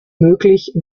möglich